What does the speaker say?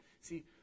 See